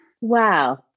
Wow